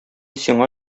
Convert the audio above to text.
сиңа